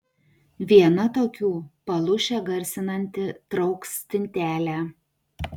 viena tokių palūšę garsinanti trauk stintelę